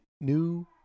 new